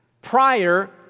prior